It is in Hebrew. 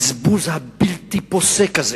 הבזבוז הבלתי-פוסק הזה,